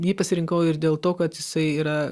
jį pasirinkau ir dėl to kad jisai yra